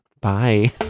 Bye